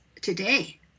today